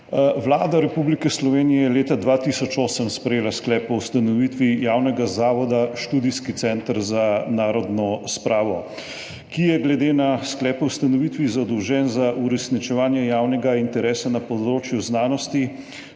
Vlada Republike Slovenije je leta 2008 sprejela Sklep o ustanovitvi javnega zavoda Študijski center za narodno spravo, ki je glede na sklep o ustanovitvi zadolžen za uresničevanje javnega interesa na področju znanosti,